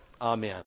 Amen